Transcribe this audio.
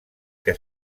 que